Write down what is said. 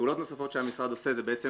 פעולות נוספות שהמשרד עושה, זה בעצם